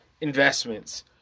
investments